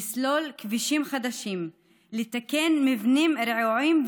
לסלול כבישים חדשים, לתקן מבנים ראויים.